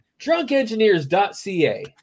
DrunkEngineers.ca